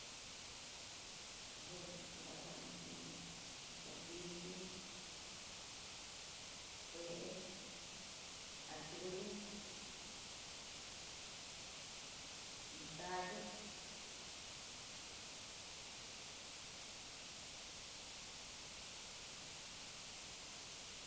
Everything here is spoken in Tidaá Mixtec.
Arroz kidanguano xhín, kuixhi kué, atoli no caldo.